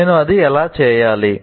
నేను అది ఎలా చేయాలి